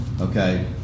Okay